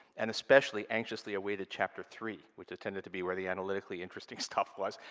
and especially anxiously awaited chapter three, which tended to be where the analytically interested stuff was.